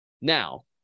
Now